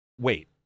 Wait